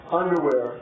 underwear